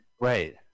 Right